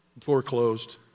foreclosed